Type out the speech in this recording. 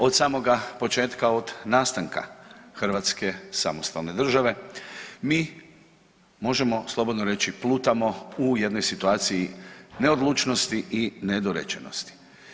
Od samoga početka od nastanke Hrvatske samostalne države mi slobodno možemo reći, plutamo u jednoj situaciji neodlučnosti i nedorečenosti.